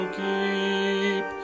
keep